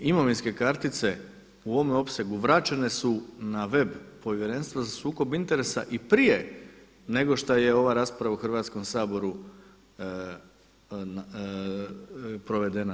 Imovinske kartice u ovome opsegu vraćene su na web povjerenstva za sukob interesa i prije nego šta je ova rasprava u Hrvatskom saboru provedena.